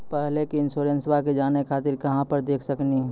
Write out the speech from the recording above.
पहले के इंश्योरेंसबा के जाने खातिर कहां पर देख सकनी?